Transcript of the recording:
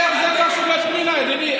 איך זה קשור לפנינה, ידידי?